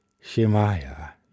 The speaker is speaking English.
Shemaiah